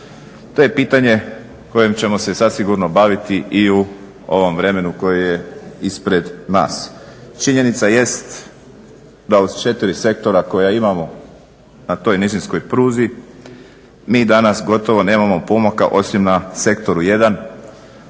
To je pitanje kojem ćemo se zasigurno baviti i u ovom vremenu koje je ispred nas. Činjenica jest da od 4 sektora koja imamo na toj nizinskoj pruzi mi danas gotovo nemamo pomaka osim na sektoru 1